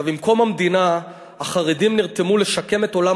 עם קום המדינה החרדים נרתמו לשקם את עולם